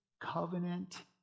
covenant